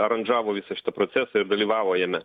aranžavo visą šitą procesą ir dalyvavo jame